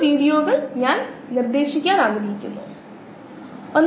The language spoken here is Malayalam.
പക്ഷെ നമ്മൾ അതിനെക്കുറിച്ച് സംസാരിക്കുന്നില്ല നമ്മൾ സംസാരിക്കുന്നത് കോശങ്ങളുടെ വർദ്ധനയെ കുറച്ച